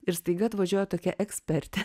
ir staiga atvažiuoja tokia ekspertė